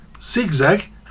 Zigzag